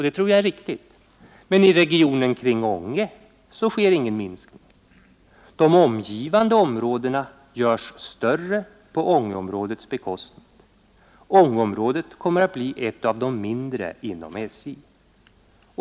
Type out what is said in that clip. Detta kan vara riktigt. Men i regionen kring Ånge sker ingen minskning; de omgivande områdena görs i stället större på Ångeområdets bekostnad. Ängeområdet kommer att bli ett av de mindre områdena inom SJ.